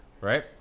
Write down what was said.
Right